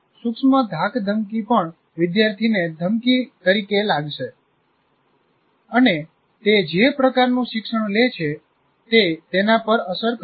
સૂક્ષ્મ ધાકધમકી પણ વિદ્યાર્થીને ધમકી તરીકે લાગશે અને તે જે પ્રકારનું શિક્ષણ લે છે તે તેના પર અસર કરે છે